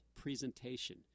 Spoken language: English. presentation